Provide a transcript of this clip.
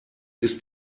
ist